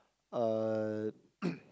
uh